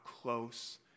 close